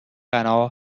غنا